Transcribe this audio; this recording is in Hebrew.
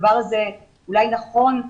הדבר הזה אולי נכון,